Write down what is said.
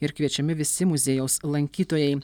ir kviečiami visi muziejaus lankytojai